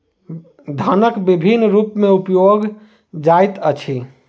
धनक विभिन्न रूप में उपयोग जाइत अछि